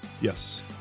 Yes